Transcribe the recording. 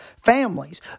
families